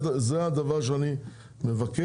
זה הדבר שאני מבקש.